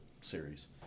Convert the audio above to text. Series